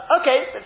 okay